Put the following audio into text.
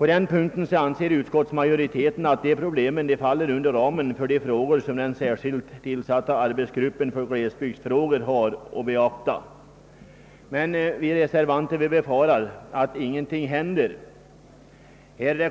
att hjälpa dessa bygder. Utskottsmajoriteten anser att de problemen faller inom ramen för det uppdrag som arbetsgruppen för glesbygdsfrågor har fått. Vi reservanter befarar att ingenting då kommer att hända.